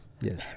Yes